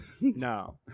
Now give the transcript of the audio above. No